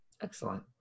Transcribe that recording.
Excellent